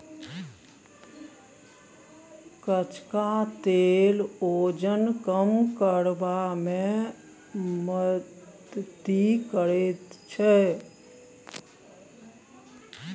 कचका तेल ओजन कम करबा मे मदति करैत छै